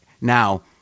Now